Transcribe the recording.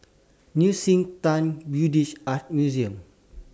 Nei Xue Tang Buddhist Art Museum